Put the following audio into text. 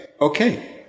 okay